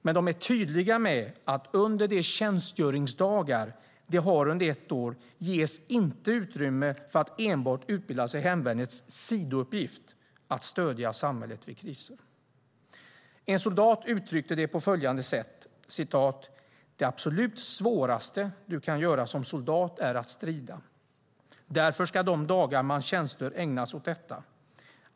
Men de är tydliga med att under de tjänstgöringsdagar som de har under ett år ges inte utrymme för att enbart utbilda sig i hemvärnets sidouppgift, att stödja samhället vid kriser. En soldat uttryckte det på följande sätt: "Det absolut svåraste du kan göra som soldat är att strida. Därför ska de dagar man tjänstgör ägnas åt detta.